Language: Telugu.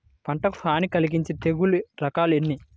పంటకు హాని కలిగించే తెగుళ్ళ రకాలు ఎన్ని?